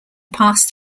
passed